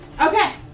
Okay